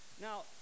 now